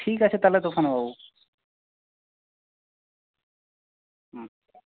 ঠিক আছে তাহলে তুফানবাবু হুম